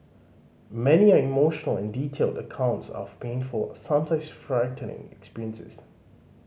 many are emotional and detailed accounts of painful sometimes frightening experiences